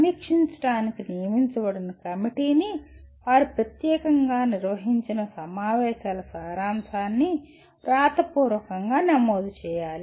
సమీక్షించడానికి నియమించబడిన కమిటీని వారు ప్రత్యేకంగా నిర్వహించిన సమావేశాల సారాంశాన్ని వ్రాతపూర్వకంగా నమోదు చేయాలి